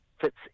fits